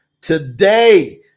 today